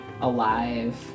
alive